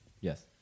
Yes